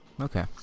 Okay